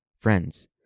friends